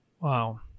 Wow